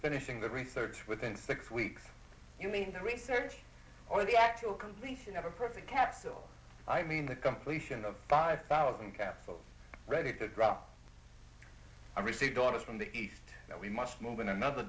finishing the research within six weeks you mean the research or the actual completion of a perfect capsule i mean the completion of five thousand capsule ready to drop i received orders from the east that we must move in another